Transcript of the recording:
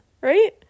right